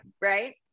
right